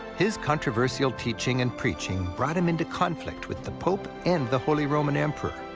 his controversial teaching and preaching brought him into conflict with the pope and the holy roman emperor,